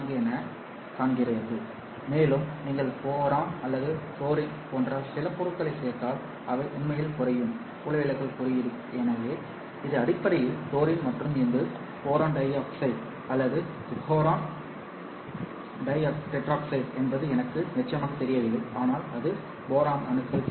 44 எனக் காண்கிறீர்கள் மேலும் நீங்கள் போரான் அல்லது ஃவுளூரின் போன்ற சில பொருட்களைச் சேர்த்தால் இவை உண்மையில் குறையும் ஒளிவிலகல் குறியீடு எனவே இது அடிப்படையில் ஃவுளூரின் மற்றும் இது போரான் டை ஆக்சைடு அல்லது போரான் ட்ரொக்ஸைடு என்பது எனக்கு நிச்சயமாகத் தெரியவில்லை ஆனால் இது போரான் அணுக்கள்